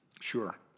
Sure